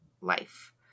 life